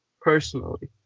personally